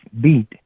beat